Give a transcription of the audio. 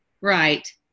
right